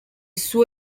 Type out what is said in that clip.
suo